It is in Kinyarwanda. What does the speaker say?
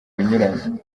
binyuranye